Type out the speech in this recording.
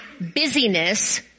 busyness